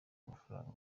amafaranga